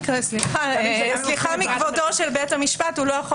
סליחה מכבודו של בית המשפט הוא לא יכול